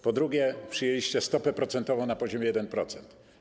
Po drugie, przyjęliście stopę procentową na poziomie 1%.